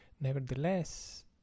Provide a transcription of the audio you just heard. nevertheless